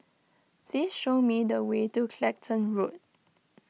please show me the way to Clacton Road